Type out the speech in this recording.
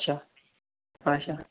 अच्छा अच्छा